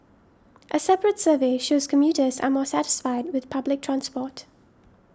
a separate survey shows commuters are more satisfied with public transport